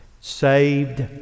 saved